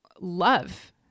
love